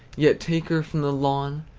yet take her from the lawn,